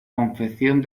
confección